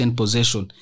possession